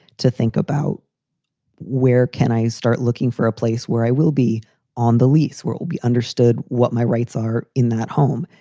to think about where can i start looking for a place where i will be on the lease will be understood what my rights are in that home.